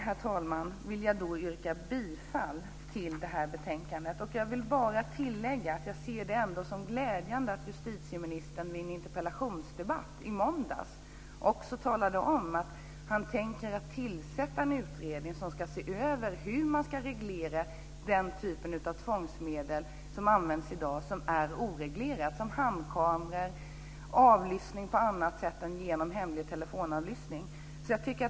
Med detta vill jag yrka bifall till förslaget i betänkandet. Jag vill bara tillägga att jag ser det som glädjande att justitieministern vid en interpellationsdebatt i måndags talade om att han tänker tillsätta en utredning som ska se över den typen av oreglerade tvångsmedel som används i dag, t.ex. handkameror och avlyssning på annat sätt än genom hemlig telefonavlyssning.